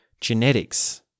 genetics